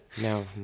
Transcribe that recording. no